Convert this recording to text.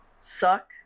suck